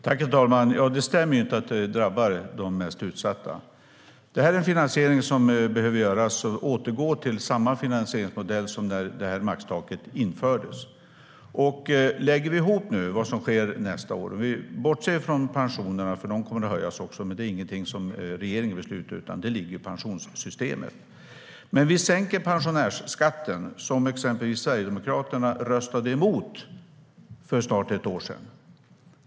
Herr talman! Det stämmer inte att detta drabbar de mest utsatta. Det här är en finansiering som behöver göras. Vi återgår till samma finansieringsmodell som när maxtaket infördes. Vi kan lägga ihop vad som sker nästa år och bortse från pensionerna. De kommer också att höjas men är ingenting som regeringen beslutar om, utan det ligger i pensionssystemet. Vi sänker pensionärsskatten, vilket exempelvis Sverigedemokraterna röstade emot för snart ett år sedan.